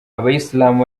abayisilamu